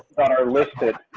that are listed